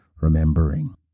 remembering